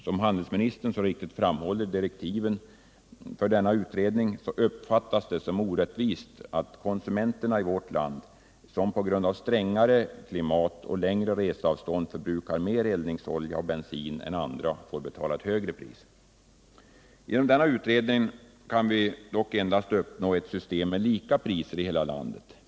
Som handelsministern så riktigt framhåller i direktiven för denna utredning uppfattas det som orättvist att de konsumenter i vårt land som på grund av strängare klimat och längre reseavstånd förbrukar mer eldningsolja och bensin än andra får betala ett högre pris. Genom denna utredning kan vi dock endast uppnå ett system med lika priser i hela landet.